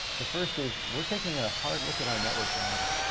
the first is, we're taking a hard look at our network boundary.